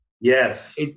Yes